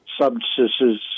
substances